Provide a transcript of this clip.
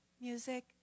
music